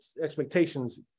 expectations